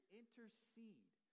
intercede